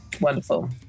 Wonderful